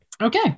Okay